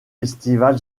festival